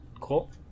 cool